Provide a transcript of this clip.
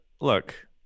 look